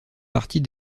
partie